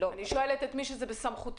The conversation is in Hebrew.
אני שואלת את מי שזה בסמכותו.